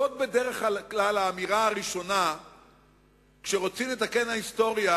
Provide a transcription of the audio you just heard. זו בדרך כלל האמירה הראשונה כשרוצים לתקן את ההיסטוריה.